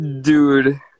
dude